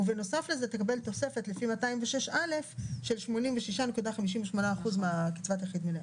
ובנוסף לזה תקבל תוספת לפי 206א של 86.58% מקצבת יחיד מלאה.